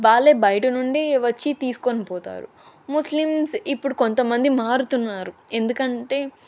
వాళ్ళే బయట నుండి వచ్చి తీసుకొని పోతారు ముస్లిమ్స్ ఇప్పుడు కొంతమంది మారుతున్నారు ఎందుకంటే